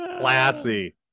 classy